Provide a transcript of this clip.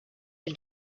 can